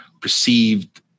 perceived